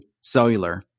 cellular